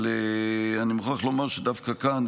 אבל אני מוכרח לומר שדווקא כאן,